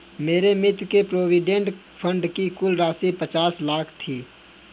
मेरे मित्र के प्रोविडेंट फण्ड की कुल राशि पचास लाख थी